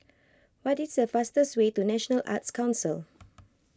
what is the fastest way to National Arts Council